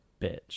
bitch